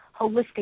holistic